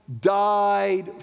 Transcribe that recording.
died